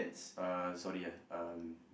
uh sorry ah um